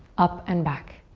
up and back.